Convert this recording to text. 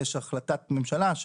יש החלטת ממשלה,